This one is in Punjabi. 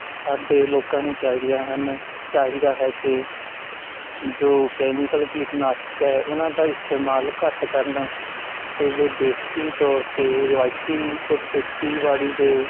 ਸਾਡੇ ਲੋਕਾਂ ਨੂੰ ਚਾਹੀਦਾ ਹਨ ਚਾਹੀਦਾ ਹੈ ਕਿ ਜੋ ਕੈਮੀਕਲ ਕੀਟਨਾਸ਼ਕ ਹੈ ਉਹਨਾਂ ਦਾ ਇਸਤੇਮਾਲ ਘੱਟ ਕਰਨ 'ਤੇ ਜੋ ਦੇਸੀ ਤੌਰ 'ਤੇ ਰਿਵਾਇਤੀ ਜੋ ਖੇਤੀਬਾੜੀ ਦੇ